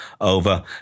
over